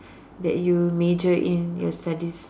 that you major in your studies